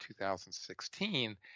2016